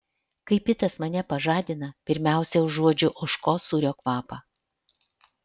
kai pitas mane pažadina pirmiausia užuodžiu ožkos sūrio kvapą